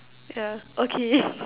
yeah okay